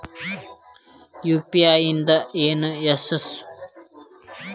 UPI ದಿಂದ ಏನು use?